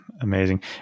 Amazing